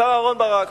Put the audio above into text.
השר אהוד ברק.